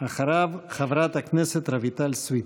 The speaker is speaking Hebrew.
אחריו, חברת הכנסת רויטל סויד.